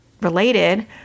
related